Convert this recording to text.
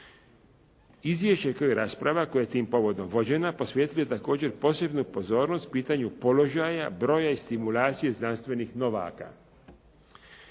Izvješća, kao i rasprava koja je tim povodom vođena, posvetio je također posebnu pozornost pitanju položaja, broja i stimulacije znanstvenih novaka.